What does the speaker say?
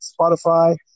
Spotify